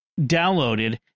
downloaded